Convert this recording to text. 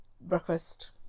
breakfast